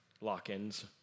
lock-ins